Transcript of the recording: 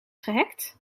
gehackt